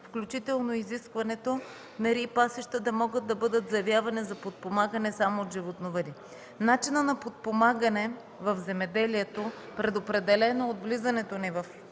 включително изискването мери и пасища да могат да бъдат заявявани за подпомагане само от животновъди. Начинът на подпомагане в земеделието, предопределен от влизането ни в Европейския